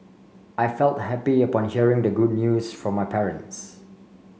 I felt happy upon hearing the good news from my parents